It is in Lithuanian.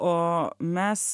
o mes